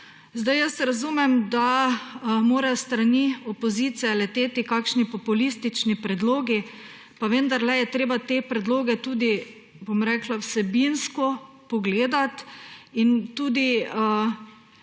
Jaz razumem, da morajo s strani opozicije leteti kakšni populistični predlogi, pa vendarle je treba te predloge tudi vsebinsko pogledati in si